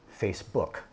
Facebook